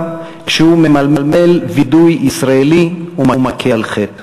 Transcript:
כשהוא ממלמל וידוי ישראלי ומכה על חטא: